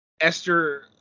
Esther